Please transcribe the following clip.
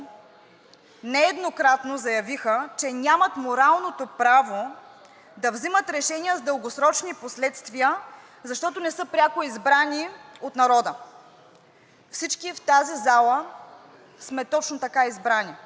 нееднократно заявиха, че нямат моралното право да взимат решения с дългосрочни последствия, защото не са пряко избрани от народа. Всички в тази зала сме избрани